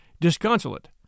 Disconsolate